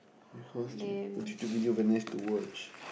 bacuase your YouTube video very nice to watch